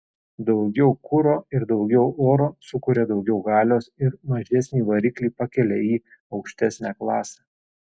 daugiau kuro ir daugiau oro sukuria daugiau galios ir mažesnį variklį pakelia į aukštesnę klasę